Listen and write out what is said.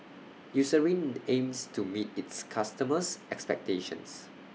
Eucerin aims to meet its customers' expectations